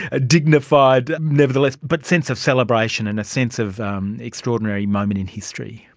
ah dignified nevertheless, but sense of celebration and a sense of extraordinary moment in history?